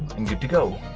and good to go